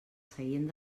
seient